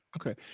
Okay